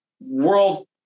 world